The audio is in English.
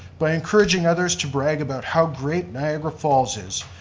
by encouraging others to brag about how great niagara falls is,